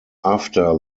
after